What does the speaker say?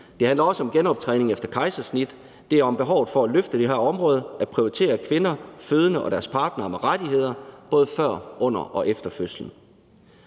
Det handler også om genoptræning efter kejsersnit, om behovet for at løfte det her område, at prioritere fødende kvinders og deres partneres rettigheder både før, under og efter fødslen.